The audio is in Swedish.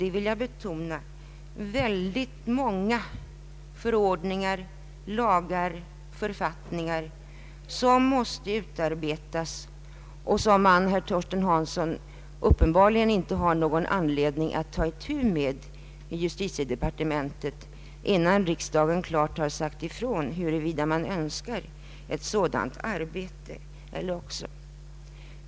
Jag vill betona att det är väldigt många förordningar, lagar och författningar som måste utarbetas och vilka man, herr Torsten Hansson, uppenbarligen inte har någon anledning att ta itu med i justitiedepartementet innan riksdagen klart har sagt ifrån huruvida man Önskar ett sådant arbete.